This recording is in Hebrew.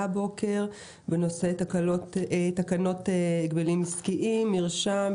בנושא: "הצעת תקנות ההגבלים העסקיים (מרשם,